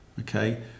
Okay